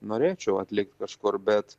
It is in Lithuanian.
norėčiau atlikt kažkur bet